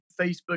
Facebook